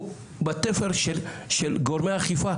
הוא בתפר של גורמי האכיפה,